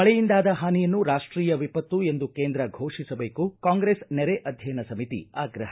ಮಳೆಯಿಂದಾದ ಹಾನಿಯನ್ನು ರಾಷ್ಟೀಯ ವಿಪತ್ತು ಎಂದು ಕೇಂದ್ರ ಘೋಷಿಸಬೇಕು ಕಾಂಗ್ರೆಸ್ ನೆರೆ ಅಧ್ಯಯನ ಸಮಿತಿ ಆಗ್ರಹ